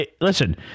listen